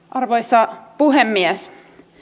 arvoisa puhemies